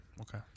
Okay